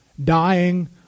dying